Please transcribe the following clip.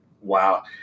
Wow